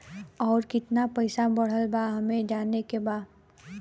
और कितना पैसा बढ़ल बा हमे जाने के बा?